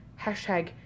Hashtag